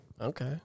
Okay